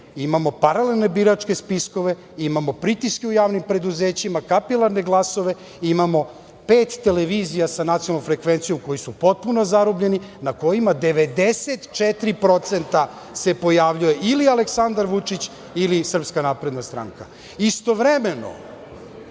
imamo paralelne biračke spiskove, imamo pritiske u javnim preduzećima, kapilarne glasove, imamo pet televizija sa nacionalnom frekvencijom koje su potpuno zarobljene, na kojima 94% se pojavljuje ili Aleksandar Vučić, ili SNS.Istovremeno,